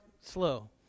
slow